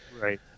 Right